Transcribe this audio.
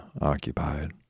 occupied